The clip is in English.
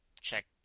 check